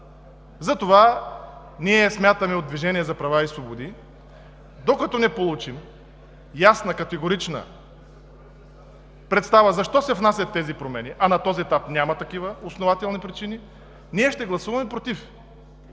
Затова ние от „Движението за права и свободи“ смятаме, докато не получим ясна и категорична представа защо се внасят тези промени, а на този етап няма такива основателни причини, да гласуваме „против“.